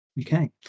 Okay